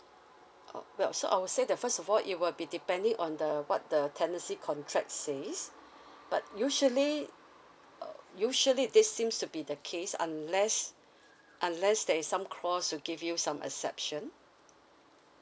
uh well so I will say the first of all it will be depending on the what the tenancy contract says but usually uh usually this seems to be the case unless unless there's some clause to give you some exception